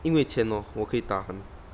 因为钱哦我可以 tahan